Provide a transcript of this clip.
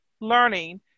learning